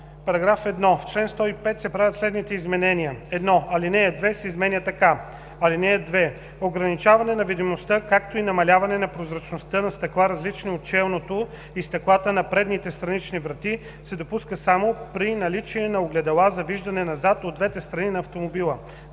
§ 1: „§ 1. В чл. 105 се правят следните изменения: 1. Алинея 2 се изменя така: „(2) Ограничаване на видимостта, както и намаляване на прозрачността на стъкла, различни от челното и стъклата на предните странични врати, се допуска само при наличие на огледала за виждане назад от двете страни на автомобила.“